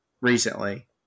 recently